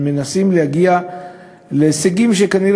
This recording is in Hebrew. והם מנסים להגיע להישגים וכנראה